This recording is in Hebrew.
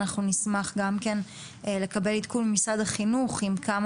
אנחנו נשמח גם כן לקבל עדכון ממשרד החינוך עם כמה